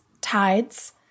tides